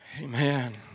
Amen